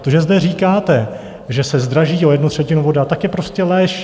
To, že zde říkáte, že se zdraží o jednu třetinu voda, tak je prostě lež.